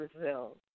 Brazil